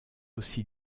aussi